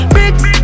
Bricks